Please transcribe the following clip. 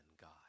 God